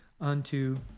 unto